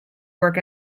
work